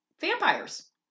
vampires